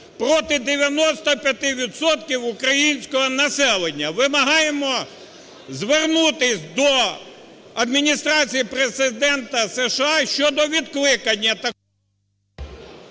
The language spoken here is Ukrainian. відсотків українського населення. Вимагаємо звернутись до Адміністрації Президента США щодо відкликання…